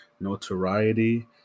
notoriety